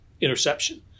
interception